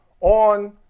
on